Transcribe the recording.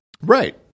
Right